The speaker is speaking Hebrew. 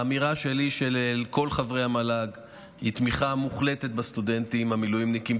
האמירה שלי אל כל חברי המל"ג היא תמיכה מוחלטת בסטודנטים המילואימניקים,